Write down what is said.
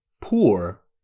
poor